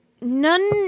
none